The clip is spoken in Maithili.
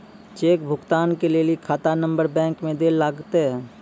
चेक भुगतान के लेली खाता नंबर बैंक मे दैल लागतै